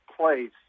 place